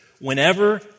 whenever